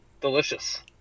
Delicious